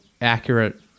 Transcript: accurate